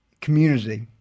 community